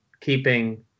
keeping